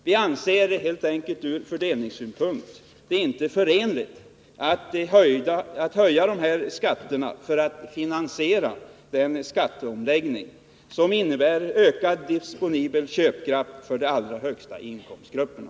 Vi anser helt enkelt att det ur fördelningssynpunkt inte är acceptabelt att höja dessa energiskatter för att finansiera en skatteomläggning som innebär ökad disponibel köpkraft för de allra högsta inkomstgrupperna.